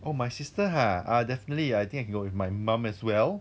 oh my sister ha ah definitely I think I can go with my mum as well